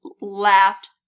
laughed